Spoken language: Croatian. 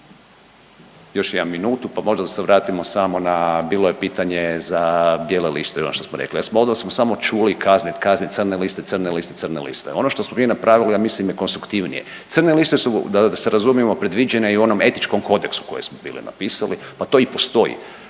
Još imam minutu, pa možda da se vratimo samo na bilo je pitanje za bijele liste ono što smo rekli. Od vas smo čuli kaznit, kaznit, crne liste, crne liste, crne liste. Ono što smo mi napravili je ja mislim konstruktivnije. Crne liste su da se razumijemo predviđene i u onom etičkom kodeksu koji smo bili napisali, pa to i postoji.